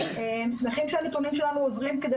אנחנו שמחים שהנתונים שלנו עוזרים כדי